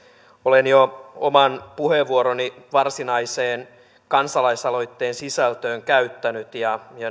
olen jo oman puheenvuoroni varsinaiseen kansalaisaloitteen sisältöön liittyen käyttänyt ja niin